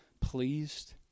pleased